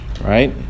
right